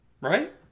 Right